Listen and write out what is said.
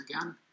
again